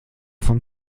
vom